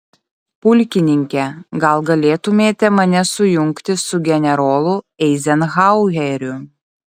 pulkininke gal galėtumėte mane sujungti su generolu eizenhaueriu